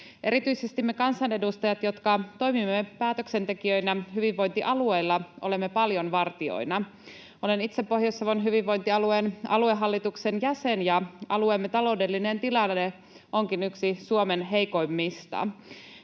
Erityisesti me kansanedustajat, jotka toimimme päätöksentekijöinä hyvinvointialueilla, olemme paljon vartijoina. Olen itse Pohjois-Savon hyvinvointialueen aluehallituksen jäsen, ja alueemme taloudellinen tilanne onkin yksi Suomen heikoimmista.